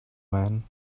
man